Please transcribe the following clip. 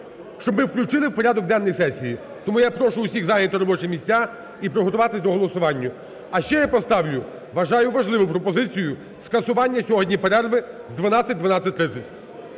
щоб ми включили в порядок денний сесії. Тому я прошу всіх зайняти робочі місця і приготуватися до голосування. А ще я поставлю, вважаю, важливу пропозицію, скасування сьогодні перерви з 12.00-12.30.